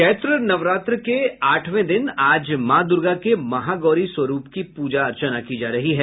चैत्र नवरात्र के आठवें दिन आज मां दुर्गा के महागौरी स्वरूप की पूजा अर्चना की जा रही है